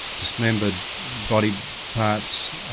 dismembered body parts,